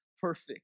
Perfect